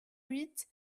huit